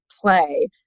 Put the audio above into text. play